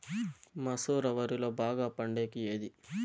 మసూర వరిలో బాగా పండేకి ఏది?